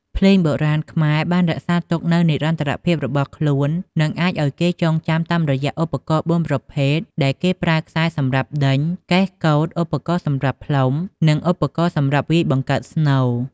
ភ្លេងបុរាណខ្មែរបានរក្សាទុកនៅនិរន្តរភាពរបស់ខ្លូន និងអាចអោយគេចងចាំតាមរយៈឧបករណ៏ ៤ ប្រភេទដែលគេប្រើខ្សែសំរាប់ដេញ កេះ កូត ឧបករណ៏សម្រាប់ផ្លុំ និងឧបករណ៏សម្រាប់វាយបង្កើតស្នូរ។